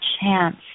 chance